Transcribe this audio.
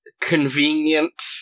convenient